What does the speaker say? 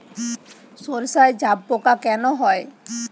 সর্ষায় জাবপোকা কেন হয়?